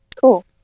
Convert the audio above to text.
Cool